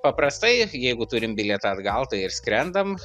paprastai jeigu turim bilietą atgal tai ir skrendam